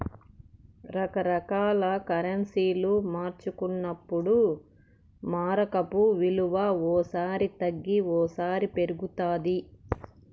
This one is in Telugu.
రకరకాల కరెన్సీలు మార్చుకున్నప్పుడు మారకపు విలువ ఓ సారి తగ్గి ఓసారి పెరుగుతాది